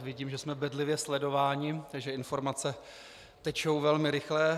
Vidím, že jsme bedlivě sledováni, takže informace tečou velmi rychle.